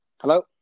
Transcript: Hello